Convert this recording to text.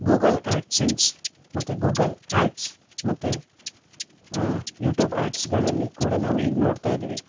Google AdSense ಮತ್ತು Google ads ಮತ್ತು YouTube ಆ್ಯಡ್ಸ್ಗಳಲ್ಲಿ ಕೂಡ ನಾವೀಗ ನೋಡ್ತಾ ಇದ್ದೀವಿ